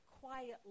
quietly